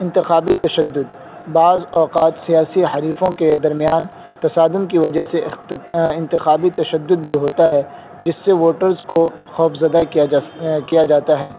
انتخابی تشدد بعض اوقات سیاسی حریفوں کے درمیان تصادم کی وجہ سے انتخابی تشدد بھی ہوتا ہے جس سے ووٹرز کو خوفزدہ کیا جاتا ہے